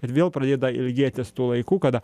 ir vėl pradeda ilgėtis tų laikų kada